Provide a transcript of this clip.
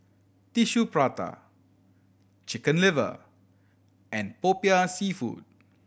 Tissue Prata Chicken Liver and Popiah Seafood